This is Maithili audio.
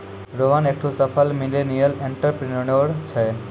रोहन एकठो सफल मिलेनियल एंटरप्रेन्योर छै